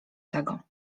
tego